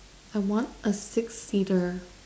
I want a six seater